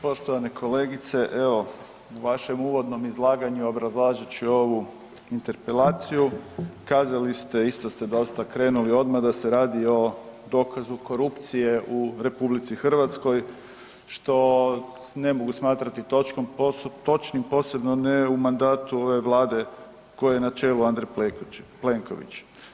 Poštovana kolegice evo u vašem uvodnom izlaganju obrazlažući ovu interpelaciju kazali ste isto ste dosta krenuli odmah da se radi o dokazu korupcije u RH što ne mogu smatrati točkom, točnim posebno ne u mandatu ove Vlade kojoj je na čelu Andrej Plenković.